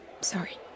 Sorry